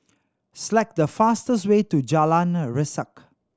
select the fastest way to Jalan Resak